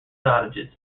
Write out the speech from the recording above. cottages